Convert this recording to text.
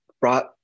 brought